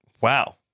Wow